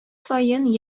саен